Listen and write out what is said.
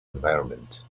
environment